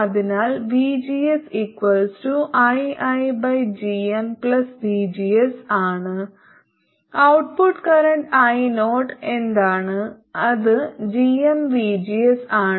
അതിനാൽ vgsiigmGs ആണ് output current io എന്താണ് അത് gmvgs ആണ്